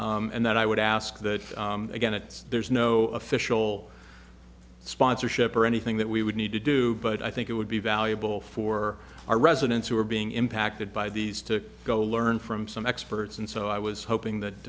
morning and that i would ask that again it's there's no official sponsorship or anything that we would need to do but i think it would be valuable for our residents who are being impacted by these to go learn from some experts and so i was hoping that